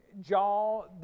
jaw